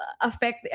affect